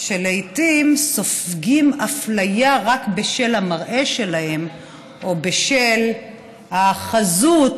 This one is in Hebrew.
שלעיתים סופגות אפליה רק בשל המראה שלהן או בשל החזות,